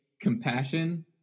compassion